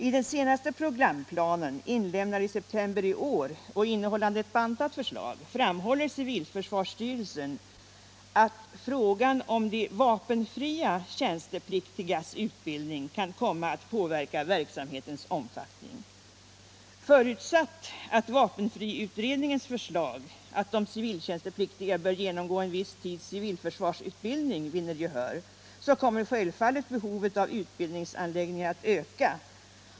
I den senaste programplanen, inlämnad i september i år och innehållande ett bantat förslag, framhåller civilförsvarsstyrelsen att frågan om de vapenfria tjänstepliktigas utbildning kan få betydelse för verksamhetens omfattning. Förutsatt att vapenfriutredningens förslag att de civiltjänstepliktiga skall genomgå en viss tids civilförsvarsutbildning vinner gehör, kommer självfallet behovet av utbildningsanläggningar att öka.